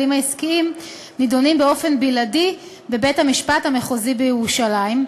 העסקיים נדונים באופן בלעדי בבית-המשפט המחוזי בירושלים,